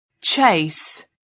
chase